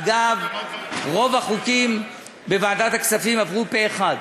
אגב, רוב החוקים בוועדת הכספים עברו פה-אחד,